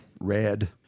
red